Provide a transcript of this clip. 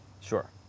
Sure